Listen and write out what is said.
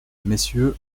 messieurs